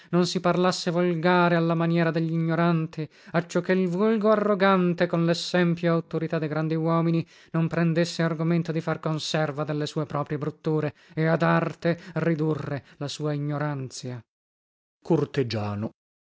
non si parlasse volgare alla maniera deglignoranti accioché l vulgo arrogante con lessempio e auttorità de grandi uomini non prendesse argomento di far conserva delle sue proprie brutture e ad arte ridurre la sua ignoranzia